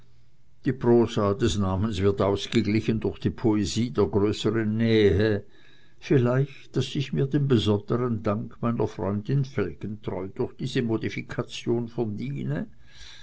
die prosa des namens wird ausgeglichen durch die poesie der größeren nähe vielleicht daß ich mir den besonderen dank meiner freundin felgentreu durch diese modifikation